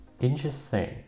Interesting